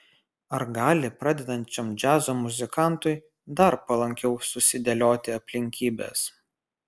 ar gali pradedančiam džiazo muzikantui dar palankiau susidėlioti aplinkybės